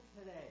today